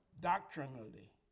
Doctrinally